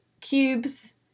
cubes